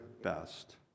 best